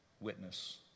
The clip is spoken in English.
witness